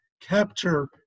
capture